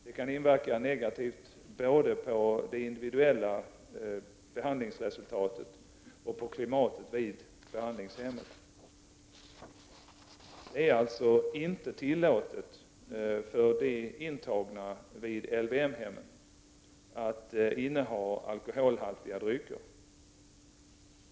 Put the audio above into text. Det kan inverka negativt både på det individuella behandlingsresultatet och på klimatet vid behandlingshemmet. Det är alltså inte tillåtet för de intagna vid LYM-hemmen att inneha alkoholhaltiga drycker.